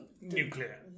Nuclear